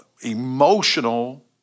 emotional